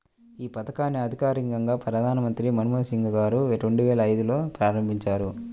యీ పథకాన్ని అధికారికంగా ప్రధానమంత్రి మన్మోహన్ సింగ్ గారు రెండువేల ఐదులో ప్రారంభించారు